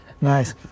Nice